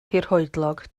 hirhoedlog